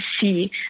see